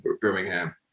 Birmingham